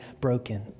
broken